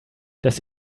das